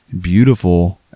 beautiful